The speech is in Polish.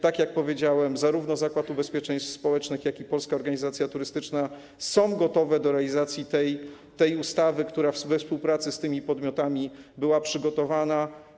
Tak jak powiedziałem, zarówno Zakład Ubezpieczeń Społecznych, jak i Polska Organizacja Turystyczna są gotowe do realizacji tej ustawy, która we współpracy z tymi podmiotami była przygotowana.